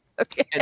Okay